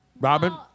Robin